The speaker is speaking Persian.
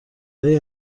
های